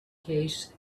case